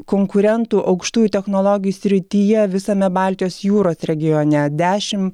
konkurentų aukštųjų technologijų srityje visame baltijos jūros regione dešim